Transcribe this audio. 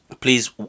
please